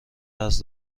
قرض